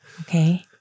Okay